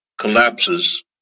collapses